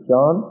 John